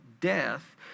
death